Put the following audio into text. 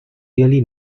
really